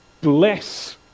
bless